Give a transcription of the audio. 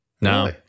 No